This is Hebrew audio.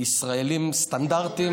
שישראלים סטנדרטיים,